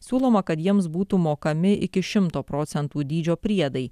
siūloma kad jiems būtų mokami iki šimto procentų dydžio priedai